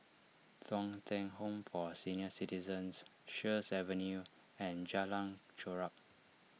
Thong Teck Home for Senior Citizens Sheares Avenue and Jalan Chorak